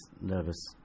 Nervous